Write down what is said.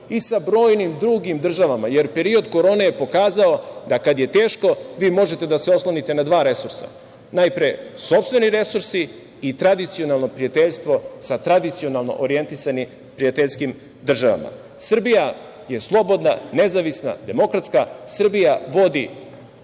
i sa brojnim drugim državama, jer period Korone je pokazao da kad je teško, vi možete da se oslonite na dva resursa, najpre sopstveni resursi i tradicionalno prijateljstvo sa tradicionalno orijentisanim prijateljskim državama. Srbija je slobodna, nezavisna, demokratska. Srbija vodi